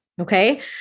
Okay